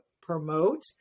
promote